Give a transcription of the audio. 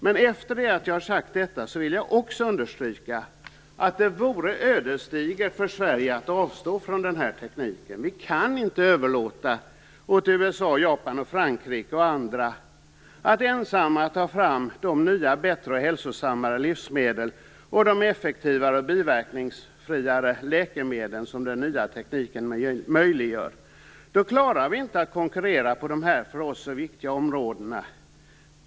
Men efter att ha sagt detta vill jag också understryka att det vore ödesdigert för Sverige att avstå från denna teknik. Vi kan inte överlåta åt USA, Japan, Frankrike och andra att ensamma ta fram de nya, bättre och hälsosammare livsmedel samt de effektivare och biverkningsfria läkemedel som den nya tekniken möjliggör. Då klarar vi inte att konkurrera på de här för oss så viktiga områdena.